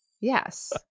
Yes